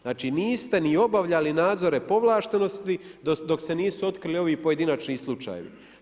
Znači, niste ni obavljali nadzore povlaštenosti dok se nisu otkrili ovi pojedinačno slučaji.